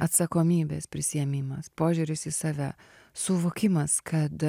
atsakomybės prisiėmimas požiūris į save suvokimas kad